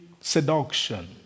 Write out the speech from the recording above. seduction